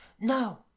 No